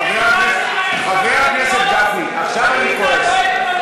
חבר הכנסת גפני, עכשיו אני כועס.